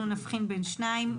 נבחין בין שניים,